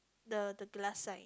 the the glass sign